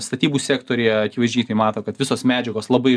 statybų sektoriuje akivaizdžiai tai mato kad visos medžiagos labai